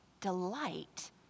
delight